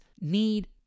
need